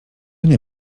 nie